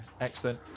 excellent